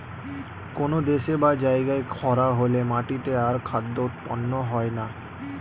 কোন দেশে বা জায়গায় খরা হলে মাটিতে আর খাদ্য উৎপন্ন হয় না